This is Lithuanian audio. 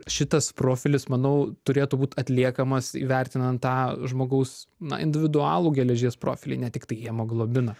šitas profilis manau turėtų būt atliekamas įvertinant tą žmogaus na individualų geležies profilį ne tiktai hemoglobiną